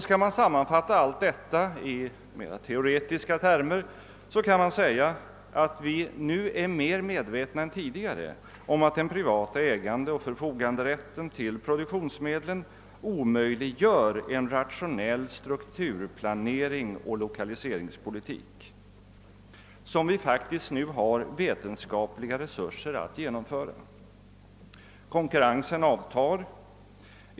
Skall man sammanfatta allt detta i mera teoretiska termer kan man säga att vi nu är mer medvetna än tidigare om att den privata ägandeoch förfoganderätten till produktionsmedlen omöjliggör en rationell strukturplanering och lokaliseringspolitik som vi faktiskt nu har vetenskapliga resurser att genomföra. Konkurrensen avtar.